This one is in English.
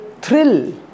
thrill